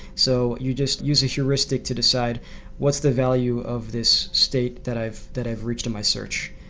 so you just use a heuristic to decide what's the value of this state that i've that i've reached in my search?